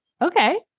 Okay